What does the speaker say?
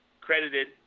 credited